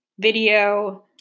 video